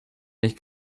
nicht